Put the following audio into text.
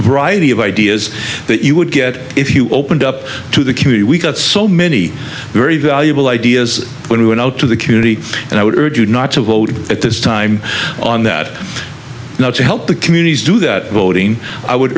variety of ideas that you would get if you opened up to the community we got so many very valuable ideas when we went out to the community and i would urge you not to vote at this time on that now to help the communities do that voting i would